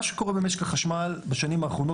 מה שקורה במשק החשמל בשנים האחרונות